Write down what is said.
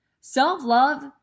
Self-love